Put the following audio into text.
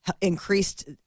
increased